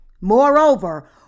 Moreover